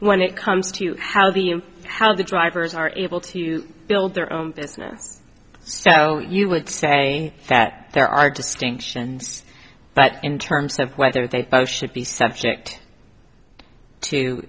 when it comes to how do you how drivers are able to build their own business so you would say that there are distinctions but in terms of whether they should be subject to